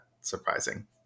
surprising